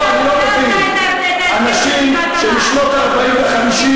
נחלצתם לסייע, לאנשים שנזרקים, לא, אתה נחלצת.